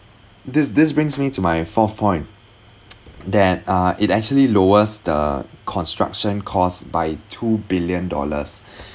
this this brings me to my fourth point that uh it actually lowers the construction costs by two billion dollars